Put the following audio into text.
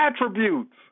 attributes